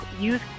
use